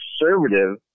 conservative